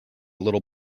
little